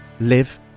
live